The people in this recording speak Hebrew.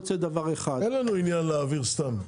אין לנו עניין להעביר סתם.